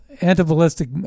anti-ballistic